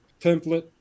template